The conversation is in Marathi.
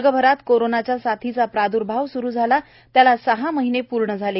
जगभरात कोरोनाच्या साथीचा प्रादुर्भाव सुरू झाला त्याला सहा महिने पूर्ण झाले